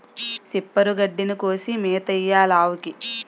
సిప్పరు గడ్డిని కోసి మేతెయ్యాలావుకి